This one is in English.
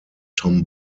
tom